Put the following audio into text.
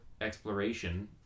exploration